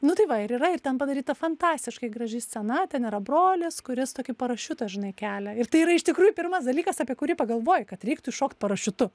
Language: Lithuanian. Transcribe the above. nu tai va ir yra ir ten padaryta fantastiškai graži scena ten yra brolis kuris tokį parašiutą žinai kelia ir tai yra iš tikrųjų pirmas dalykas apie kurį pagalvoji kad reiktų iššokt parašiutu